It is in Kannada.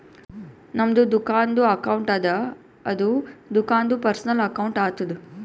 ನಮ್ದು ದುಕಾನ್ದು ಅಕೌಂಟ್ ಅದ ಅದು ದುಕಾಂದು ಪರ್ಸನಲ್ ಅಕೌಂಟ್ ಆತುದ